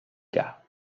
gars